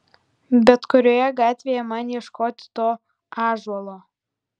bet kurioje gatvėje man ieškoti to ąžuolo